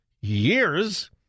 years